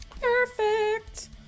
perfect